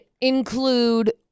include